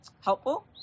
helpful